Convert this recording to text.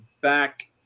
back